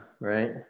right